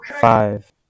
Five